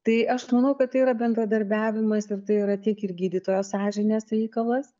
tai aš manau kad tai yra bendradarbiavimas ir tai yra tiek ir gydytojo sąžinės reikalas